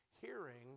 hearing